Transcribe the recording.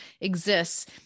exists